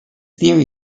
theory